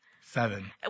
Seven